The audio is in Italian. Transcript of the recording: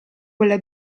quella